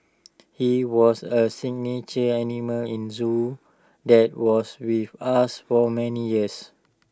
he was A signature animal in Zoo that was with us for many years